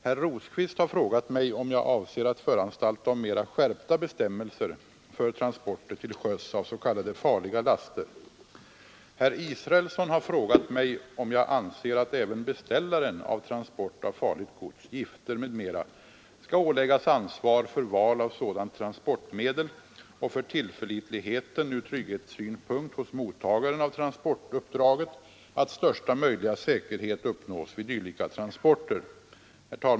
Herr Rosqvist har frågat mig, om jag avser att föranstalta om mera skärpta bestämmelser för transporter till sjöss av s.k. farliga laster. Herr Israelsson har frågat mig, om jag anser att även beställaren av transport av farligt gods, gifter m.m. skall åläggas ansvar för val av sådant transportmedel och för tillförlitligheten ur trygghetssynpunkt hos mottagaren av transportuppdraget, att största möjliga säkerhet uppnås vid dylika transporter.